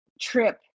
trip